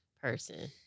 person